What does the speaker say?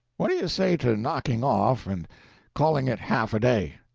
what do you say to knocking off and calling it half a day?